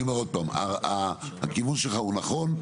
אני אומר עוד פעם: הכיוון שלך הוא נכון,